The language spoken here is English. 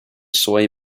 soy